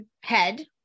head